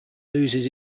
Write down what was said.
loses